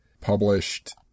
published